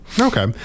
Okay